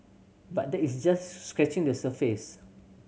but that is just scratching the surface